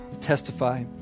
Testify